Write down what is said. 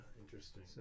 Interesting